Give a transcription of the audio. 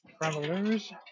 Travelers